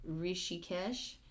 Rishikesh